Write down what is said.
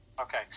Okay